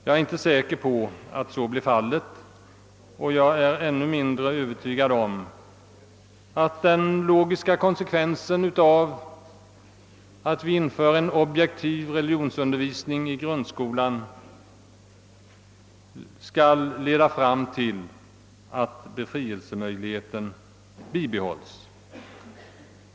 Jag är inte säker på att så blir fallet, och jag är ännu mindre övertygad om att den logiska konsekvensen av att vi inför en objektiv religionsundervisning i grundskolan blir att befrielsemöjligheten bibehålls.